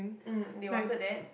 um they wanted that